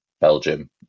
Belgium